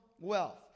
wealth